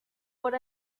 por